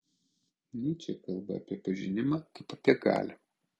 nyčė kalba apie pažinimą kaip apie galią